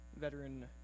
veteran